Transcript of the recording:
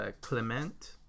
Clement